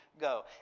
go